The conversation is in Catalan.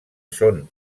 són